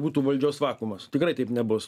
būtų valdžios vakuumas tikrai taip nebus